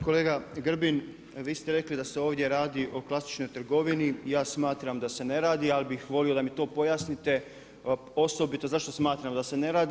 Kolega Grbin, vi ste rekli da se ovdje radi o klasičnoj trgovini, ja smatram da se ne radi, al bi volio da mi to pojasnite, osobito, zašto smatram da se ne radi.